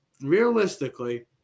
realistically